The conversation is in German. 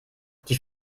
die